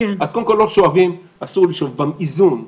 אז קודם כל, לא שואבים, אסור לשאוב באיזון כרגע.